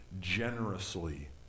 generously